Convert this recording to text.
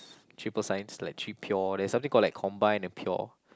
triple Science like three pure there's something called like combined and pure